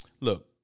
Look